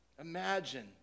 Imagine